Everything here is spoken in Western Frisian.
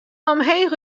omheech